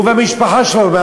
הוא והמשפחה שלו.